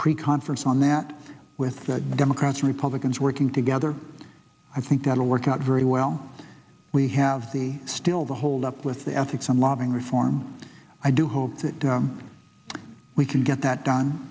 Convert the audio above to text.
preconference on that with the democrats republicans working together i think that will work out very well we have the still the hold up with the ethics and lobbying reform i do hope that we can get that done